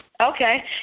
Okay